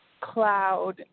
cloud